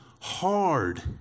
hard